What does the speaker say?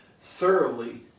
thoroughly